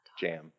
jam